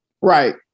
Right